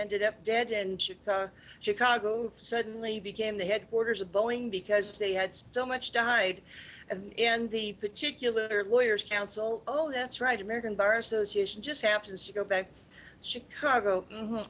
ended up dead and should chicago suddenly became the headquarters of boeing because they had so much died and the particular lawyers counsel oh that's right american bar association just happens to go back to chicago